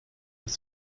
das